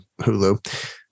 Hulu